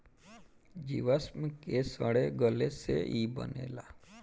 जीवाश्म के सड़े गले से ई बनेला